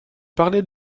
parlez